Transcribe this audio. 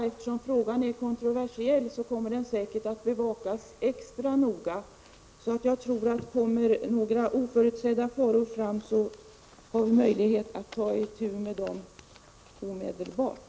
Eftersom frågan är kontroversiell, kommer den säkert att bevakas extra noga. Om några oförutsedda faror kommer fram, tror jag att vi har möjlighet att ta itu med dem omedelbart.